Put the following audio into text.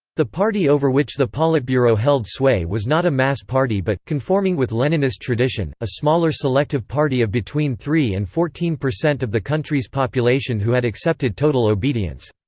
the party over which the politburo held sway was not a mass party but, conforming with leninist tradition, a smaller selective party of between three and fourteen percent of the country's population who had accepted total obedience.